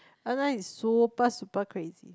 En En is super super crazy